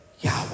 Yahweh